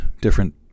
different